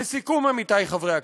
לסיכום, עמיתי חברי הכנסת,